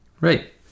right